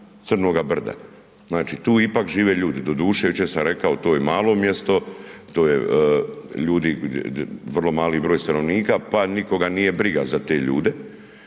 Crnoga brda. Znači tu ipak žive ljudi, doduše jučer sam rekao to je malo mjesto, to je, ljudi, vrlo mali broj stanovnika pa nikoga nije briga za te ljude.